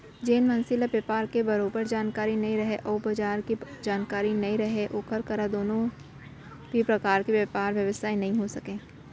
जेन मनसे ल बयपार के बरोबर जानकारी नइ रहय अउ बजार के जानकारी नइ रहय ओकर करा कोनों भी परकार के बयपार बेवसाय नइ हो सकय